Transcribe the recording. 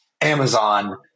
Amazon